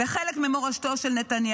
ויהיה חלק ממורשתו של נתניהו.